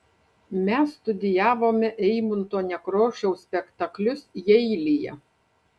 mes studijavome eimunto nekrošiaus spektaklius jeilyje